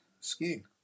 skiing